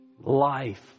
life